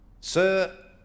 Sir